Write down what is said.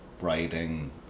writing